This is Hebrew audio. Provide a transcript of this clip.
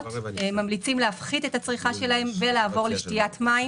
ממליצים להפחית את הצריכה שלהם ולעבור לשתיית מים.